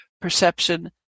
perception